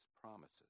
promises